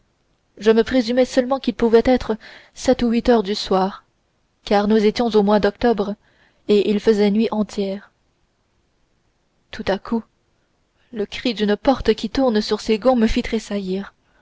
je présumai seulement qu'il pouvait être sept ou huit heures du soir car nous étions au mois d'octobre et il faisait nuit entière tout à coup le cri d'une porte qui tourne sur ses gonds me fit